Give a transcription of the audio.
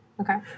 Okay